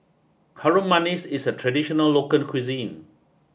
Harum Manis is a traditional local cuisine